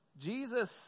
Jesus